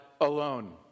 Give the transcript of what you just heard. alone